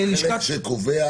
החלק שקובע